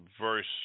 verse